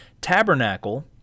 Tabernacle